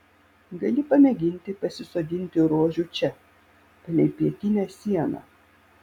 gali pamėginti pasisodinti rožių čia palei pietinę sieną